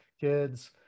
kids-